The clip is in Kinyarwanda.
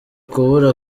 kubura